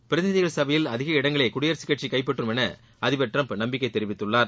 பிரதிநிதிகள் சபையில் அதிக இடங்களை குடியரசுக்கட்சி கைப்பற்றும் என அதிபர் ட்ரம்ப் நம்பிக்கை தெரிவித்துள்ளார்